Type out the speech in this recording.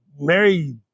Mary